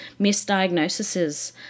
misdiagnoses